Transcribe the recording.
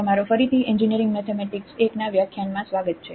તમારો ફરીથી engineering mathematics i ના વ્યાખ્યાનમાં સ્વાગત છે